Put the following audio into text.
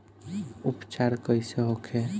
उपचार कईसे होखे?